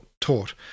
taught